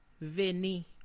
veni